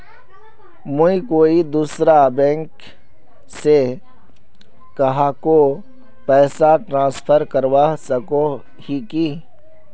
मुई कोई दूसरा बैंक से कहाको पैसा ट्रांसफर करवा सको ही कि?